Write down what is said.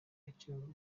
icyo